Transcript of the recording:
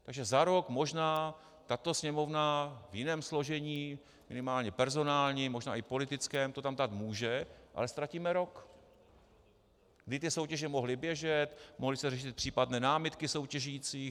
Takže za rok možná tato Sněmovna v jiném složení, minimálně personálním, možná i politickém, to tam dát může, ale ztratíme rok, kdy by ty soutěže mohly běžet, mohly se řešit případné námitky soutěžících.